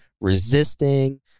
resisting